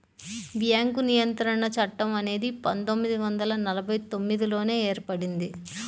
bank నియంత్రణ చట్టం అనేది పందొమ్మిది వందల నలభై తొమ్మిదిలోనే ఏర్పడింది